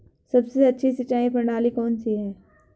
सबसे अच्छी सिंचाई प्रणाली कौन सी है?